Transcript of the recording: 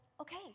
okay